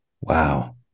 Wow